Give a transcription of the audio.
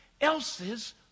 else's